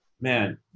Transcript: Man